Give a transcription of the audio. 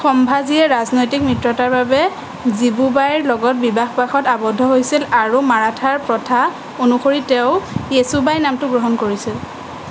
সম্ভাজীয়ে ৰাজনৈতিক মিত্ৰতাৰ বাবে জীবুবাইৰ লগত বিবাহপাশত আৱদ্ধ হৈছিল আৰু মাৰাঠাৰ প্ৰথা অনুসৰি তেওঁ য়েচুবাই নামটো গ্ৰহণ কৰিছিল